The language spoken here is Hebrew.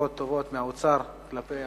בשורות טובות מהאוצר כלפי